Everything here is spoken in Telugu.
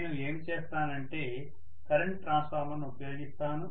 నేను ఏమి చేస్తానంటే కరెంట్ ట్రాన్స్ఫార్మర్ను ఉపయోగిస్తాను